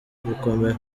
gukomera